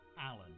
Alan